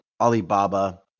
Alibaba